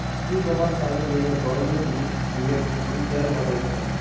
ই commerce চালের গেইলে গরোজের জিনিস হইলেক খরিদ্দারের বাদে ওয়েবসাইট